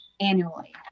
annually